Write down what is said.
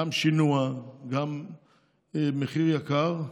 גם שינוע, גם מחיר גבוה.